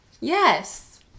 yes